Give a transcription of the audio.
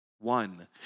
one